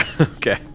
Okay